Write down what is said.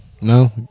No